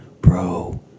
Bro